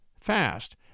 fast